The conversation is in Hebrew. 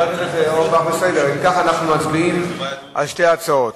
אם כך, אנחנו מצביעים על שתי ההצעות.